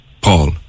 Paul